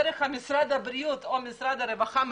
דרך משרד הבריאות או משרד הבריאות,